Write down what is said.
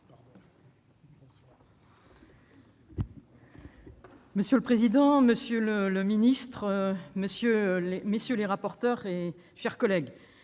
Monsieur le président, monsieur le ministre, messieurs les rapporteurs, mes chers collègues,